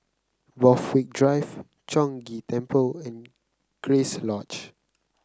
Borthwick Drive Chong Ghee Temple and Grace Lodge